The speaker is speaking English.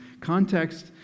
context